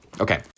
Okay